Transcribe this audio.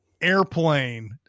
airplane